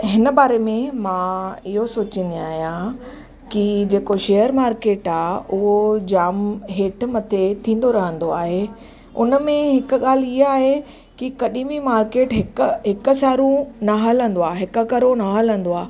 हिन बारे मां इहो सोचींदी आहियां की जेको शेयर मार्केट आहे उहो जाम हेठि मथे थींदो रहंदो आहे उन में हिकु ॻाल्हि इहा आहे की कॾहिं बि मार्केट हिकु हिकु सारूं न हलंदो आहे हिकु करो न हलंदो आहे